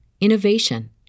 innovation